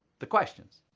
the questions.